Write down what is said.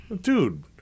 Dude